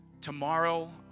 tomorrow